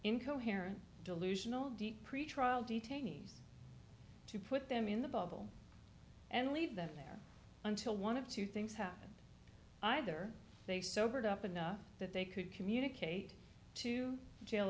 incoherent delusional deep pretrial detainees to put them in the bubble and leave them there until one of two things happened either they sobered up enough that they could communicate to jail